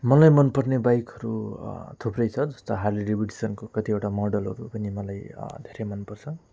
मलाई मनपर्ने बाइकहरू थुप्रै छ जस्तो हार्ले डेभिडसनको कतिवटा मोडलहरू पनि मलाई धेरै मन पर्छ